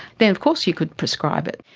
then of course you could prescribe it.